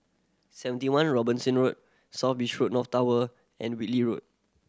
Seventy One Robinson Road South Beach North Tower and Whitley Road